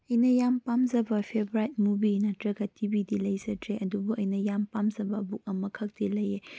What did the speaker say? ꯑꯩꯅ ꯌꯥꯝ ꯄꯥꯝꯖꯕ ꯐꯦꯕꯔꯥꯏꯠ ꯃꯨꯕꯤ ꯅꯠꯇ꯭ꯔꯒ ꯇꯤꯚꯤꯗꯤ ꯂꯩꯖꯗ꯭ꯔꯦ ꯑꯗꯨꯕꯨ ꯑꯩꯅ ꯌꯥꯝ ꯄꯥꯝꯖꯕ ꯕꯨꯛ ꯑꯃꯈꯛꯇꯤ ꯂꯩꯌꯦ